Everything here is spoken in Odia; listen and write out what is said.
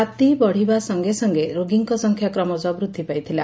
ରାତି ବଢ଼ିବା ସଙେ ସଙେ ରୋଗୀଙ୍କ ସଂଖ୍ୟା କ୍ରମଶଃ ବୃଦ୍ଧି ପାଇଥିଲା